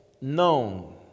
known